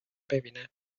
ببینم